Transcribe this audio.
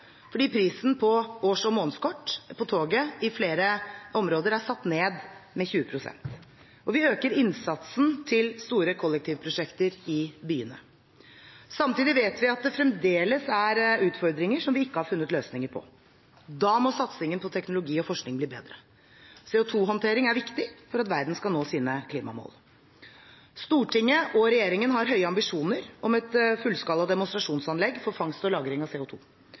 fordi prisen på års- og månedskort på toget i flere områder er satt ned med 20 pst. Og vi øker innsatsen til store kollektivprosjekter i byene. Samtidig vet vi at det fremdeles er utfordringer som vi ikke har funnet løsninger på. Da må satsingen på teknologi og forskning bli bedre. CO 2 -håndtering er viktig for at verden skal nå sine klimamål. Stortinget og regjeringen har høye ambisjoner om et fullskala demonstrasjonsanlegg for fangst og lagring av